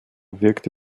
wirkte